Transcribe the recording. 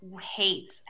hates